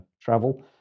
travel